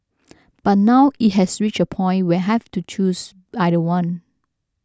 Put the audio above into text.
but now it has reached a point where I have to choose either one